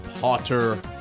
Potter